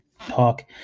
talk